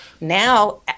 Now